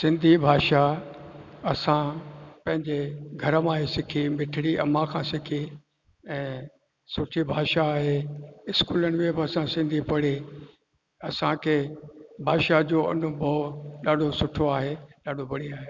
सिंधी भाषा असां पंहिंजे घरे मां ई सिखी मिठड़ी अम्मा खां सिखी ऐं सुठी भाषा आहे इस्कूलनि में बि असां सिंधी पढ़ी असांखे भाषा जो अनुभव ॾाढो सुठो आहे ॾाढो बढ़िया आहे